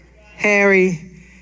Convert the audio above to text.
Harry